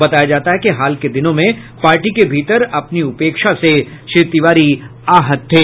बताया जाता है कि हाल के दिनों में पार्टी के भीतर अपनी उपेक्षा से श्री तिवारी आहत थे